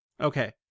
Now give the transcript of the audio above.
okay